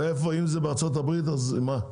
ואם זה בארה"ב אז מה?